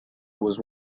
was